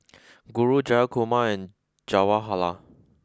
Guru Jayakumar and Jawaharlal